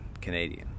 Canadian